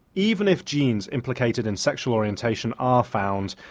even if genes implicated in sexual orientation are found,